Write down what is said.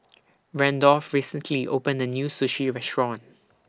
Randolph recently opened A New Sushi Restaurant